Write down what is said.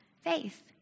faith